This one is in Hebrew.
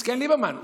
מסכן ליברמן,